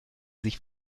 sich